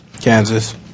Kansas